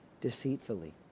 deceitfully